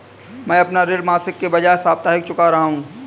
मैं अपना ऋण मासिक के बजाय साप्ताहिक चुका रहा हूँ